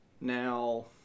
Now